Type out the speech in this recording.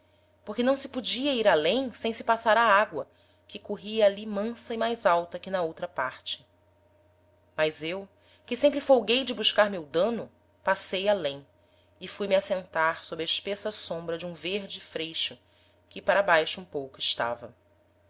porque não se podia ir alem sem se passar a agoa que corria ali mansa e mais alta que na outra parte mas eu que sempre folguei de buscar meu dano passei alem e fui-me assentar sob a espessa sombra de um verde freixo que para baixo um pouco estava